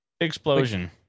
Explosion